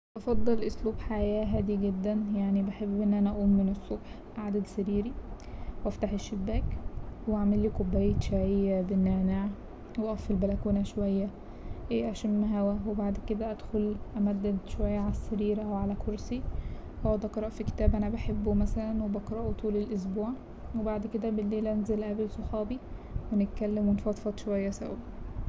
هفضل أسلوب حياة هادي جدا يعني بحب إن أنا أقوم من الصبح أعدل سريري وأفتح الشباك وأعملي كوباية شاي بالنعناع وأقف في البلكونة شوية أشم هوا وبعد كده أدخل امدد شوية على السرير أو على كرسي وأقعد أقرأ في كتاب أنا بحبه مثلا وبقرأه طول الأسبوع وبعد كده بالليل أنزل أقابل صحابي ونتكلم ونفضفض شوية سوا.